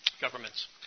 governments